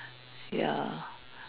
ya